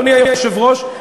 אדוני היושב-ראש,